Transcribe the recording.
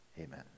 Amen